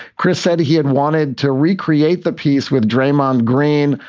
chris said he had wanted to recreate the piece with draymond green,